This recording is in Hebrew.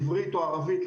עברית או ערבית,